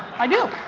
i do.